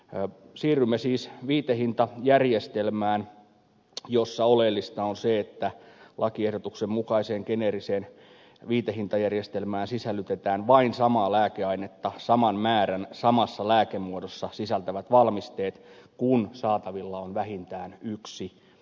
siirrymme siis viitehintajärjestelmään jossa oleellista on se että lakiehdotuksen mukaiseen geneeriseen viitehintajärjestelmään sisällytetään vain samaa lääkeainetta saman määrän samassa lääkemuodossa sisältävät valmisteet kun saatavilla on vähintään yksi rinnakkaisvalmiste